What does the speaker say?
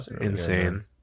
Insane